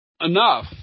enough